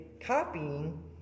copying